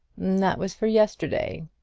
that was for yesterday.